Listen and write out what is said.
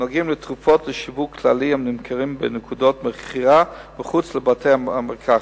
הנוגעים לתרופות לשיווק כללי הנמכרות בנקודות מכירה מחוץ לבתי-המרקחת.